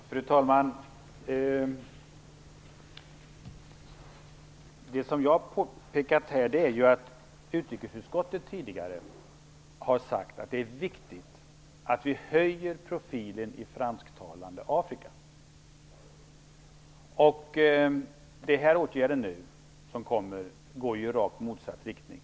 Fru talman! Det som jag här har påpekat är att utrikesutskottet tidigare har sagt att det är viktigt att vi höjer profilen i det fransktalande Afrika. De åtgärder som nu föreslagits går i rakt motsatt riktning.